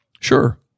Sure